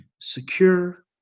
secure